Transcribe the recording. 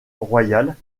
royal